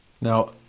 Now